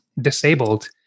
disabled